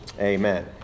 Amen